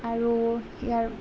আৰু ইয়াৰ